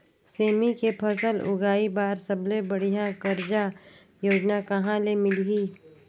सेमी के फसल उगाई बार सबले बढ़िया कर्जा योजना कहा ले मिलही?